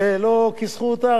ולא כיסחו אותה,